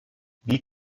wie